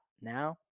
Now